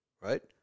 right